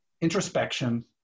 introspection